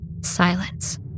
silence